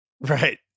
Right